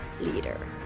leader